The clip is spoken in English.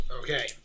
Okay